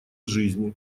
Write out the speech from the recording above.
жизни